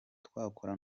twakora